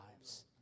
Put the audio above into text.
lives